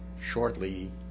shortly